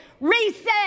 reset